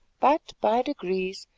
but, by degrees,